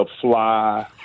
fly